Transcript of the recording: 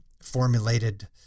formulated